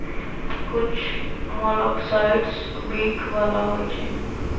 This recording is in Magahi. कुछ मोलॉक्साइड्स विख बला होइ छइ